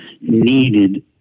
needed